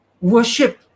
worship